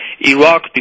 Iraq